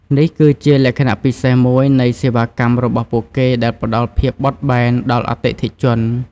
នេះគឺជាលក្ខណៈពិសេសមួយនៃសេវាកម្មរបស់ពួកគេដែលផ្តល់ភាពបត់បែនដល់អតិថិជន។